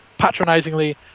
patronizingly